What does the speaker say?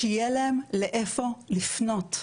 שיהיה להם לאיפה לפנות,